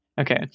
Okay